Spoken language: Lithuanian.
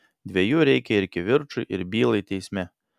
dviejų reikia ir kivirčui ir bylai teisme